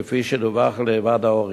כפי שדווח לוועד ההורים,